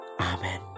Amen